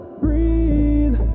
breathe